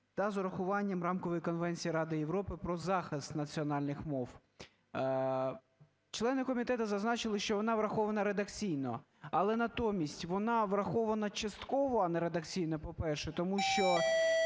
та з урахуванням Рамкової конвенції Ради Європи про захист національних мов. Члени комітету зазначили, що вона врахована редакційно. Але натомість вона врахована частково, а не редакційно, по-перше. Тому що